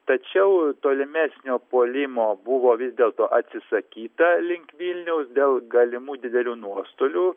tačiau tolimesnio puolimo buvo vis dėlto atsisakyta link vilniaus dėl galimų didelių nuostolių